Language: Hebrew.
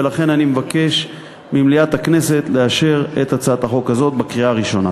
ולכן אני מבקש ממליאת הכנסת לאשר את הצעת החוק הזאת בקריאה הראשונה.